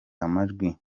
amajwi